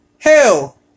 hell